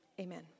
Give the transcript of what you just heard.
Amen